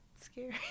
scary